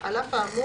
; על אף האמור,